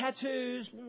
tattoos